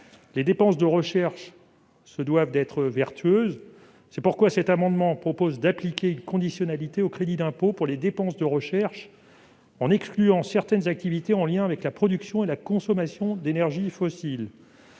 Les dépenses de recherche doivent être vertueuses. C'est pourquoi cet amendement vise à appliquer une conditionnalité au crédit d'impôt pour les dépenses de recherche en excluant certaines activités en lien avec la production et la consommation d'énergie fossile.